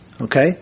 okay